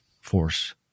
force